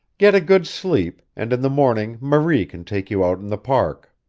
get a good sleep, and in the morning marie can take you out in the park.